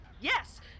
yes